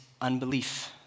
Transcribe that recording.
unbelief